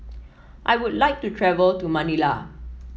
I would like to travel to Manila